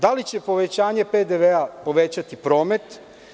Da li će povećanje PDV povećati promet?